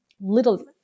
little